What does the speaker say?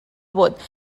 vot